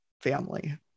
family